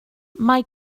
mae